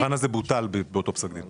המבחן הזה בוטל באותו פסק דין.